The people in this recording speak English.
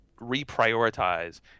reprioritize